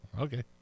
Okay